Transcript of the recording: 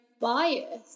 bias